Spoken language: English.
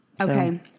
Okay